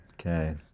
Okay